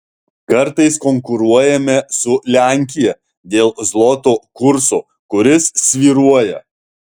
kartais konkuruojame su lenkija dėl zloto kurso kuris svyruoja